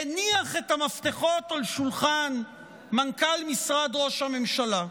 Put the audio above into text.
הניח את המפתחות על שולחן מנכ"ל משרד ראש הממשלה.